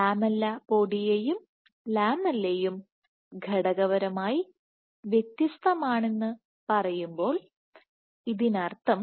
ലാമെല്ലിപോഡിയയും ലാമെല്ലയും ഘടകപരമായി വ്യത്യസ്തമാണെന്ന് പറയുമ്പോൾ ഇതിനർത്ഥം